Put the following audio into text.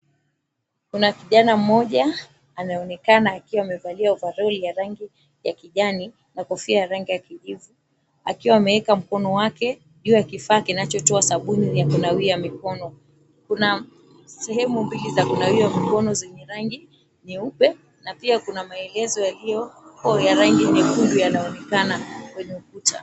kuna kijana mmoja anaonekana akiwa amevalia ovaroli ya rangi ya kijani na kofia ya rangi ya kijivu, akiwa ameeka mkono wake juu ya kifaa kinacho toa sabuni ya kunawia mikono . kuna sehemu mbili ya kunawia mkono zilizo na rangi nyeupe pia kuna maelezo yaliopo ya rangi nyekundu yanaonekana kwenye ukuta.